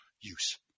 use